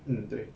mm 对